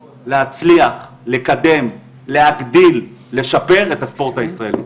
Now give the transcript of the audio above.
להצליח, לקדם, להגדיל, לשקם את הספורט הישראלי.